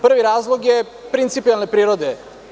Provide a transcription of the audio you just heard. Prvi razlog je principijelne prirode.